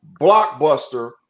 blockbuster